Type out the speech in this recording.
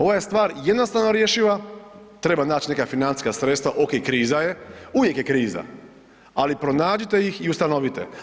Ova je stvar jednostavno rješiva, treba nać neka financijska sredstva, okej kriza je, uvijek je kriza, ali pronađite ih i ustanovite.